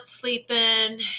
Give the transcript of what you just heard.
sleeping